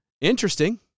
interesting